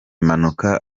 mpanuka